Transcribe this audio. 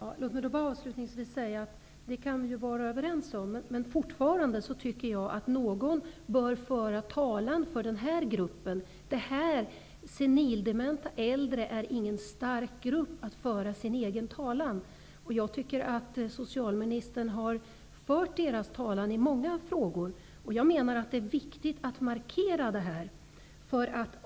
Herr talman! Låt mig avslutningsvis säga att vi kan vara överens om detta. Men fortfarande tycker jag att någon bör föra denna grupps talan. De senildementa äldre utgör ingen större grupp, som kan föra sin egen talan. Socialministern har fört deras talan i många frågor. Det är viktigt att markera detta.